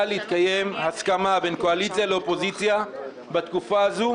להתקיים הסכמה בין הקואליציה לאופוזיציה בתקופה הזו,